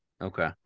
Okay